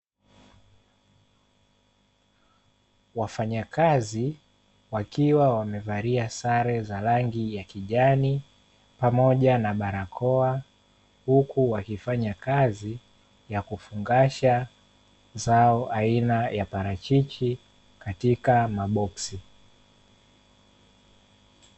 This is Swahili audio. Wafanyakazi wakiwa wamevalia sare za rangi ya kijani pamoja na barakoa huku wakifanya kazi ya kufungasha zao aina ya parachichi katika maboxsi.